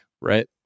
Right